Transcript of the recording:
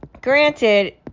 granted